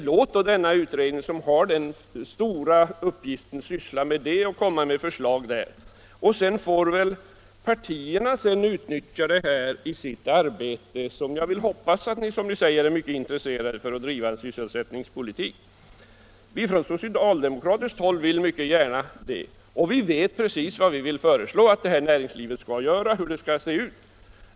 Låt då denna utredning, som har den stora uppgiften, syssla med detta och komma med förslag. Sedan får väl partierna utnyttja resultatet i sitt arbete, för jag vill hoppas att ni, som ni säger, är mycket intresserade av att driva en sysselsättningspolitik. Från socialdemokratiskt håll vill vi det mycket gärna. Vi vet precis vad vi vill föreslå att detta näringsliv skall göra och hur det skall se ut.